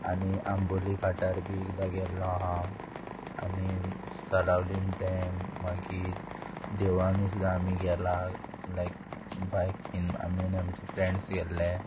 आनी आंबोली घाटार बी एकदां गेल्लो हांव आनी सलावलीम डॅम मागीर देवळांनी सुद्दां आमी गेला लायक बायकीन आमी आमचे फ्रेंड्स गेल्ले